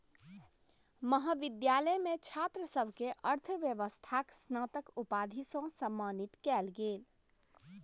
महाविद्यालय मे छात्र सभ के अर्थव्यवस्थाक स्नातक उपाधि सॅ सम्मानित कयल गेल